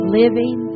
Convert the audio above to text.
living